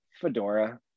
Fedora